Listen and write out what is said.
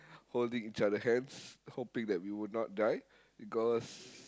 holding each other hands hoping that we will not die because